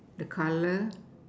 the colour